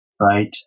right